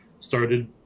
started